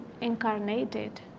incarnated